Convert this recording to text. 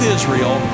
Israel